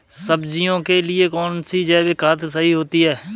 सब्जियों के लिए कौन सी जैविक खाद सही होती है?